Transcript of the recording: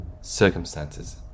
circumstances